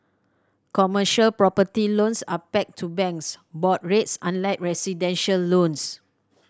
commercial property loans are pegged to banks board rates unlike residential loans